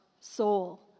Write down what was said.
soul